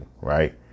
right